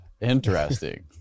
Interesting